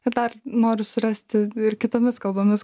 ir dar noriu surasti ir kitomis kalbomis